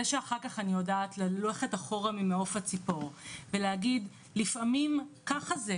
זה שאחר כך אני יודעת ללכת אחורה ממעוף הציפור ולהגיד "לפעמים ככה זה,